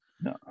no